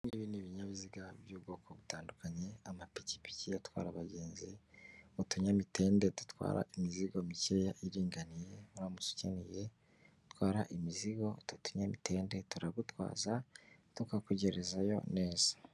Ibi ngibi ni ibinyabiziga by'ubwoko butandukanye amapikipiki atwara abagenzi n'utunyamitende dutwara imizigo mikeya iringaniye uramutse ukeneye uko utwara imizigo utu tunyamitende turagutwaza tukakugerezayo neza.